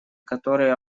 которые